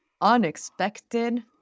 unexpected